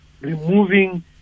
removing